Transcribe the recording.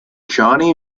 johnny